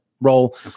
role